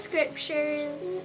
scriptures